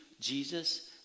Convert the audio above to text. Jesus